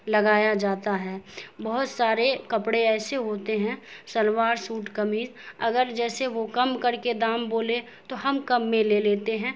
لگایا جاتا ہے بہت سارے کپڑے ایسے ہوتے ہیں سلوار سوٹ کمیض اگر جیسے وہ کم کر کے دام بولے تو ہم کم میں لے لیتے ہیں